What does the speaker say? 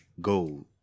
gold